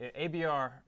abr